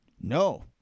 No